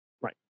right